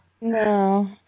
No